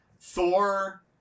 Thor